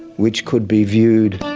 which could be viewed,